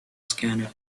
scanner